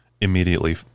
immediately